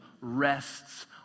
rests